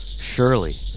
Surely